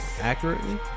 accurately